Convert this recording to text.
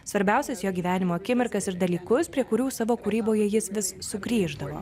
svarbiausias jo gyvenimo akimirkas ir dalykus prie kurių savo kūryboje jis vis sugrįždavo